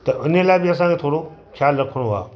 त उन लाइ बि असांखे थोरो ख़्यालु रखिणो आहे